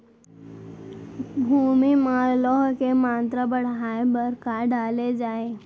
भूमि मा लौह के मात्रा बढ़ाये बर का डाले जाये?